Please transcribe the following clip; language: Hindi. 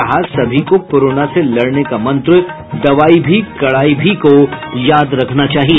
कहा सभी को कोरोना से लड़ने का मंत्र दवाई भी कड़ाई भी को याद रखना चाहिए